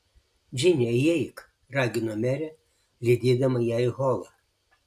džine įeik ragino merė lydėdama ją į holą